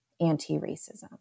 anti-racism